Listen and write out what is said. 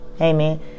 Amen